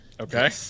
Okay